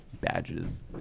badges